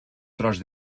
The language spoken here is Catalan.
tros